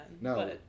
No